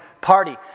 Party